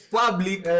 public